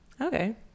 Okay